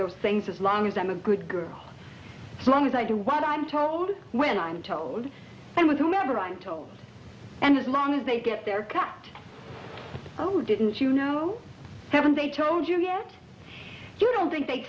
those things as long as i'm a good girl so long as i do what i'm told when i'm told and with whomever i am told and as many as they get their cast oh didn't you know haven't they told you yet you don't think they